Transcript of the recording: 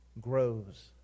grows